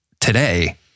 today